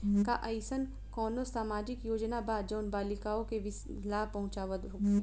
का एइसन कौनो सामाजिक योजना बा जउन बालिकाओं के लाभ पहुँचावत होखे?